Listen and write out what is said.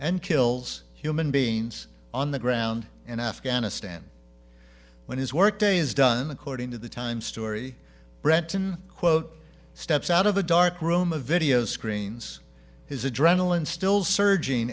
and kills human beings on the ground in afghanistan when his work day is done according to the times story brenton quote steps out of a dark room a video screens his adrenaline still s